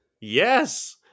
yes